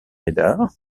médard